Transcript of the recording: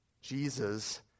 Jesus